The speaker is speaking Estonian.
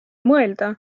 mõelda